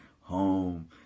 home